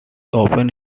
opens